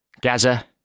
Gaza